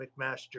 McMaster